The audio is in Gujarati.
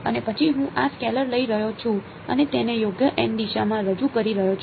અને પછી હું આ સ્કેલર લઈ રહ્યો છું અને તેને યોગ્ય દિશામાં રજૂ કરી રહ્યો છું